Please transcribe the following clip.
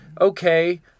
okay